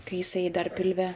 kai jisai dar pilve